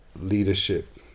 leadership